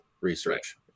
research